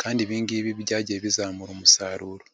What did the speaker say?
kandi ibi ngibi byagiye bizamura umusaruro.